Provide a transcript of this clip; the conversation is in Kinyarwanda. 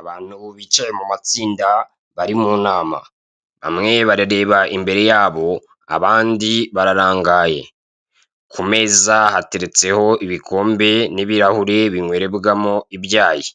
Abantu bicaye mu matsinda bari mu nama. Bamwe barareba imbere yabo, abandi bararangaye. Ku meza hateretseho ibikombe n'ibirahure binywerebwamo ibyayi,